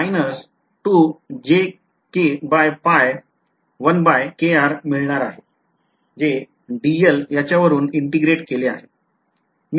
तर मला मिळणार आहे जे याच्यावरून integrate केले आहे